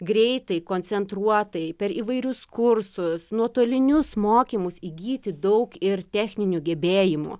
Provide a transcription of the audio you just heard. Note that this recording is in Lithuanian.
greitai koncentruotai per įvairius kursus nuotolinius mokymus įgyti daug ir techninių gebėjimų